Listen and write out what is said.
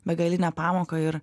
begalinę pamoką ir